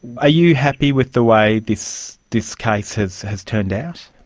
ah you happy with the way this this case has has turned out?